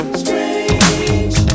strange